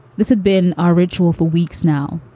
this had been our ritual for weeks now,